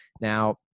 Now